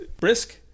brisk